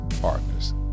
partners